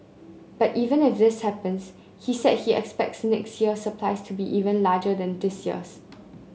but even if this happens he said he expects next year's supply to be larger than this year's